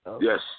Yes